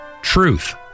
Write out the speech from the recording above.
truth